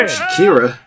Shakira